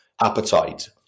appetite